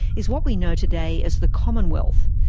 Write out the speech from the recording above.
is what we know today as the commonwealth,